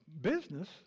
business